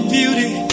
beauty